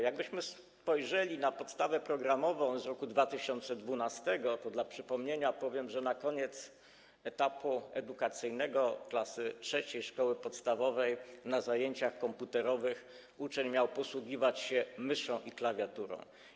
Jakbyśmy spojrzeli na podstawę programową z 2012 r., to dla przypomnienia powiem, że na koniec etapu edukacyjnego klasy III szkoły podstawowej na zajęciach komputerowych uczeń miał posługiwać się myszą i klawiaturą.